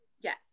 Yes